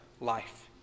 life